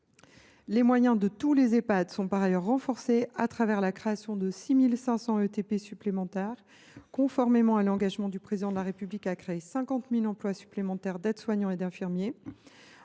Les moyens de tous les Ehpad sont par ailleurs renforcés au travers de la création de 6 500 équivalents temps plein (ETP) supplémentaires, conformément à l’engagement du Président de la République de créer 50 000 emplois complémentaires d’aides soignants et d’infirmiers.